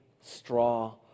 straw